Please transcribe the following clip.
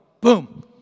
Boom